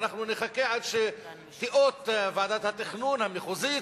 אנחנו נחכה עד שתיאות ועדת התכנון המחוזית,